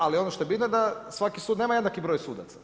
Ali, ono što je bitno, da svaki sud nema jednaki broj sudaca.